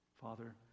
Father